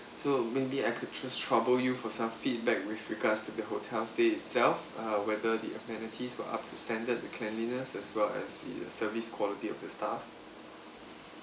so maybe I could just trouble you for some feedback with regards to the hotel stay itself uh whether the amenities were up to standard for cleanliness as well as the service quality of the staff